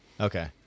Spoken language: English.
okay